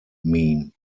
mean